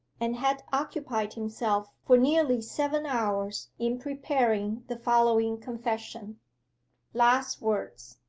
and had occupied himself for nearly seven hours in preparing the following confession last words.